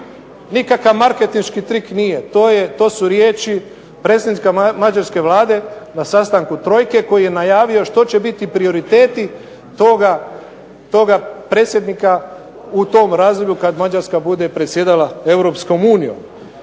nikakav marketinški trik nije. To su riječi predsjednika mađarske Vlade na sastanku trojke koji je najavio što će biti prioriteti toga predsjednika u tom razdoblju kad Mađarska bude predsjedala EU. Isto tako